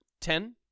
ten